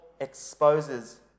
exposes